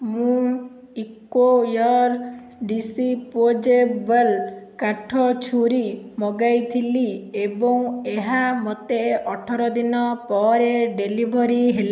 ମୁଁ Ecoware disposable କାଠ ଛୁରୀ ମଗାଇଥିଲି ଏବଂ ଏହା ମୋତେ ଅଠର ଦିନ ପରେ ଡ଼େଲିଭରି ହେଲା